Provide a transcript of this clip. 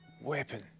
Weapon